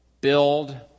Build